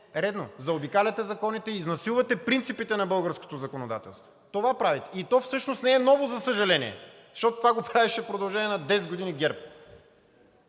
редно – заобикаляте законите, изнасилвате принципите на българското законодателство. Това правите! И то всъщност не е ново, за съжаление, защото това го правеше в продължение на 10 години ГЕРБ.